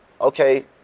Okay